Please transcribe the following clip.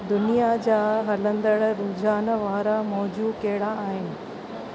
दुनिया जा हलंदड़ रुझान वारा मौज़ू कहिड़ा आहिनि